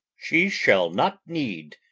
shee shall not neede,